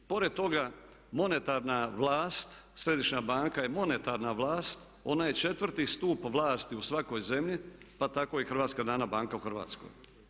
Pored toga monetarna vlast, Središnja banka je monetarna vlast, ona je IV. stup vlasti u svakoj zemlji pa tako i Hrvatska narodna banka u Hrvatskoj.